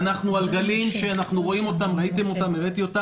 ואנחנו על גלים שאנחנו רואים אותם, הראיתי אותם.